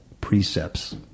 precepts